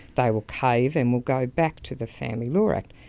they will cave and we'll go back to the family law act,